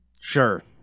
Sure